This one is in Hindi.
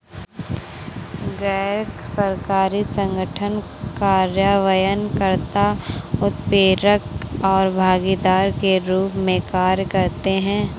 गैर सरकारी संगठन कार्यान्वयन कर्ता, उत्प्रेरक और भागीदार के रूप में कार्य करते हैं